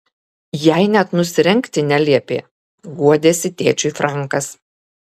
jai net nusirengti neliepė guodėsi tėčiui frankas